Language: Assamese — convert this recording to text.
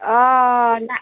অঁ না